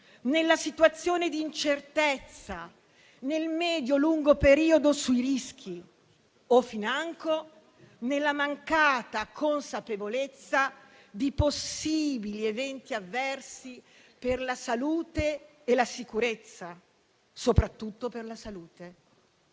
nella situazione di incertezza nel medio e lungo periodo sui rischi o financo nella mancata consapevolezza di possibili eventi avversi per la salute e la sicurezza, soprattutto per la salute.